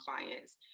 clients